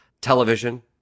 television